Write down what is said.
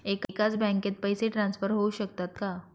एकाच बँकेत पैसे ट्रान्सफर होऊ शकतात का?